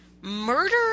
Murder